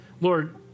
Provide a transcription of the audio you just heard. Lord